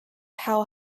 how